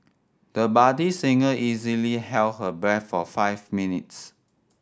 the budding singer easily held her breath for five minutes